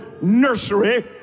nursery